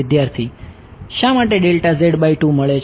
વિદ્યાર્થી શ માટે ડેલ્ટા z બાય 2 મળે છે